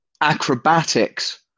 acrobatics